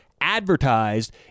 advertised